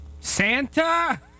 Santa